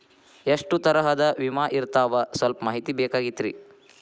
ಎಷ್ಟ ತರಹದ ವಿಮಾ ಇರ್ತಾವ ಸಲ್ಪ ಮಾಹಿತಿ ಬೇಕಾಗಿತ್ರಿ